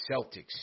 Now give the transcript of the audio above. Celtics